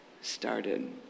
started